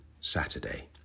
saturday